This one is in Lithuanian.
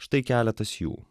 štai keletas jų